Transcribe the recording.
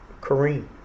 Kareem